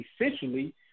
essentially